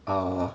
err